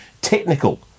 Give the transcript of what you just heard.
technical